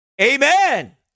Amen